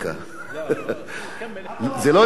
זה לא נאומים בני דקה.